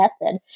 method